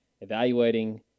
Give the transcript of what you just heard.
evaluating